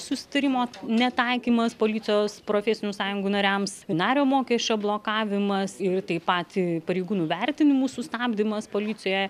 susitarimo netaikymas policijos profesinių sąjungų nariams nario mokesčio blokavimas ir taip pat pareigūnų vertinimu sustabdymas policijoje